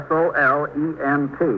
Solent